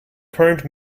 current